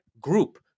group